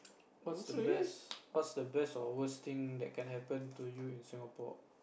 what's the best what's the best or worst thing that can happen to you in Singapore